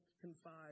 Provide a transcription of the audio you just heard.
confide